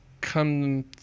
come